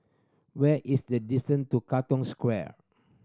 where is the distance to Katong Square